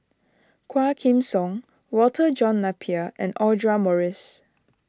Quah Kim Song Walter John Napier and Audra Morrice